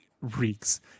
reeks